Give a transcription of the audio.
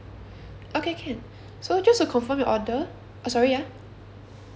okay can so just to confirm your order uh sorry ya